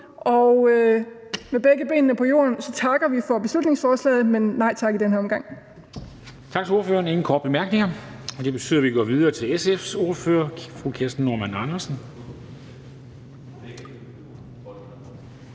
have begge ben på jorden, takker vi for beslutningsforslaget, men siger nej tak i denne omgang.